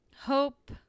hope